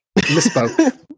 Misspoke